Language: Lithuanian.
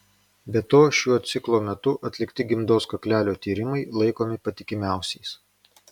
be to šiuo ciklo metu atlikti gimdos kaklelio tyrimai laikomi patikimiausiais